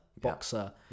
boxer